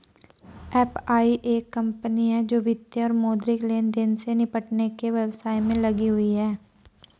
FI एक company है जो वित्तीय और मौद्रिक लेनदेन से निपटने के व्यवसाय में लगी हुई है